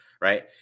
right